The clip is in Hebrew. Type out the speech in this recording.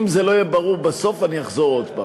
אם זה לא יהיה ברור בסוף, אני אחזור עוד פעם.